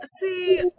see